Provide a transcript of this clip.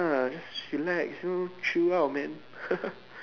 just relax you know chill out man